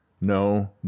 No